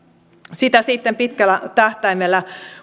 sitten pitkällä tähtäimellä